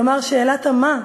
כלומר שאלת המה,